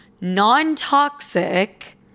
non-toxic